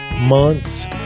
months